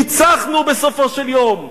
ניצחנו בסופו של יום.